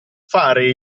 fare